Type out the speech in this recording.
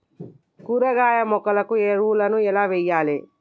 కూరగాయ మొక్కలకు ఎరువులను ఎలా వెయ్యాలే?